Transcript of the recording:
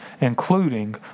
including